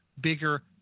bigger